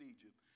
Egypt